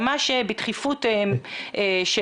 ממש בדחיפות של